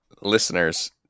listeners